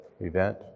event